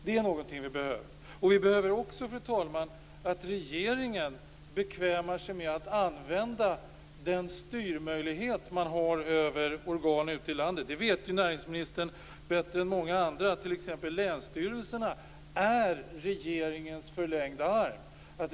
Det behövs också, fru talman, att regeringen bekvämar sig till att använda den möjlighet som den har att styra över organ ute i landet. Näringsministern vet bättre än många andra att t.ex. länsstyrelserna är regeringens förlängda arm.